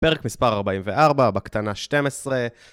פרק מספר 44, בקטנה 12